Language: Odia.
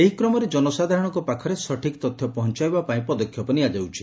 ଏହି କ୍ରମରେ ଜନସାଧାରଣଙ୍କ ପାଖରେ ସଠିକ୍ ତଥ୍ୟ ପହଞ୍ଚାଇବା ପାଇଁ ପଦକ୍ଷେପ ନିଆଯାଉଛି